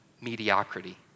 mediocrity